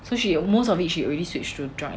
so she most of it she already switched to Drunk Elephant